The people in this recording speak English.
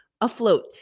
afloat